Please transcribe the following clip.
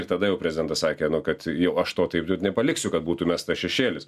ir tada jau prezidentas sakė nu kad jau aš to taip nepaliksiu kad būtų mestas šešėlis